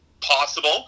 possible